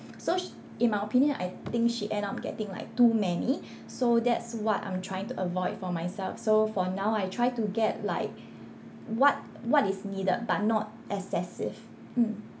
so she in my opinion I think she end up getting like too many so that's what I'm trying to avoid for myself so for now I try to get like what what is needed but not excessive mm